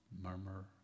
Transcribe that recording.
murmur